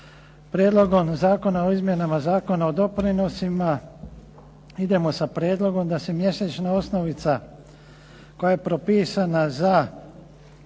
Prijedlogom Zakona o izmjenama Zakona o doprinosima idemo sa prijedlogom da se mjesečna osnovica koja je propisana za